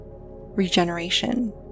regeneration